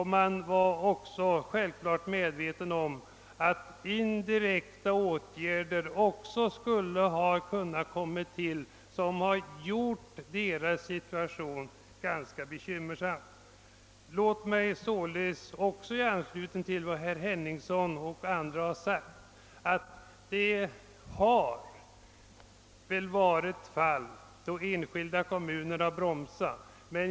Naturligtvis var de dessutom medvetna om att också indirekta åtgärder skulle ha kunnat komma till, vilka hade kunnat göra kommunens situation ganska bekymmersam. Det finns kanske, som herr Henningsson och andra har sagt, censkilda kommuner som har bromsat sammanläggningen.